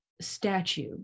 statue